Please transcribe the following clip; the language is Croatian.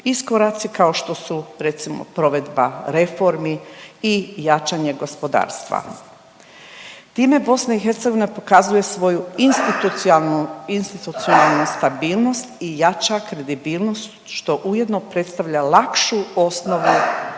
Iskoraci kao što su recimo provedba reformi i jačanje gospodarstva. Time BiH pokazuje svoju institucionalnu, institucionalnu stabilnost i jača kredibilnost što ujedno predstavlja lakšu osnovu